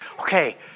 Okay